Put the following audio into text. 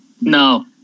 No